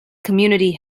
community